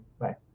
Bye